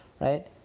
right